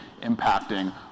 impacting